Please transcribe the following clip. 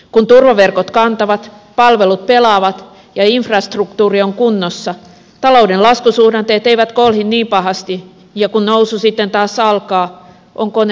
kun turvaverkot kantavat palvelut pelaavat ja infrastruktuuri on kunnossa talouden laskusuhdanteet eivät kolhi niin pahasti ja kun nousu sitten taas alkaa on kone valmis kiihdyttämään